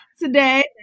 today